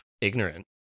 ignorant